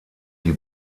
die